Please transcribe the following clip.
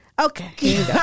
Okay